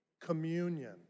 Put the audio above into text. communion